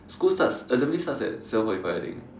school starts assembly starts at seven forty five I think